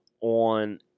On